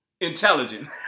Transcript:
intelligent